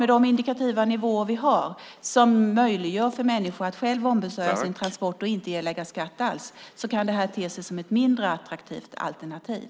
Med de indikativa nivåer vi har, som möjliggör för människor att själva ombesörja transporten och inte erlägga skatt alls, kan detta givetvis te sig som ett mindre attraktivt alternativ.